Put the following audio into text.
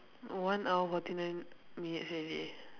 one hour forty nine minutes ready